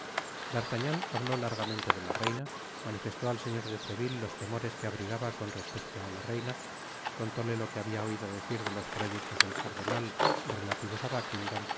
habló largamente de la reina manifestó al señor de treville los temores que abrigaba con respeto é la reina contóle lo que habia oido decir de los proyectos del cardenal relativos á buckingam con